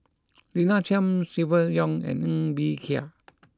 Lina Chiam Silvia Yong and Ng Bee Kia